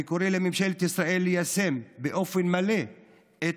אני קורא לממשלת ישראל ליישם באופן מלא את